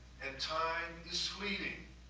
and time is fleeting,